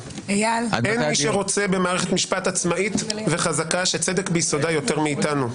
אין מי שרוצה במערכת משפט עצמאית וחזקה שצדק ביסודה יותר מאתנו.